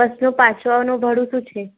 બસનું પાછું આવવાનું ભાડું શું છે